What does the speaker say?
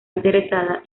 interesada